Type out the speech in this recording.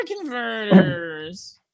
converters